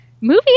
Movie